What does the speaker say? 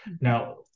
Now